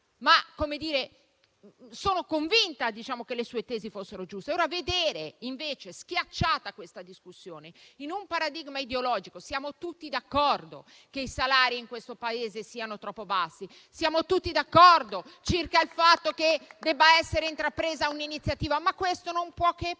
ma sono convinta che le sue tesi fossero giuste. Ora questa discussione è invece schiacciata su un paradigma ideologico. Siamo tutti d'accordo che i salari in questo Paese siano troppo bassi. Siamo tutti d'accordo circa il fatto che debba essere intrapresa un'iniziativa. Ma questo non può che passare